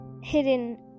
hidden